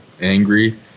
angry